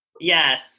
Yes